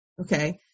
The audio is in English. Okay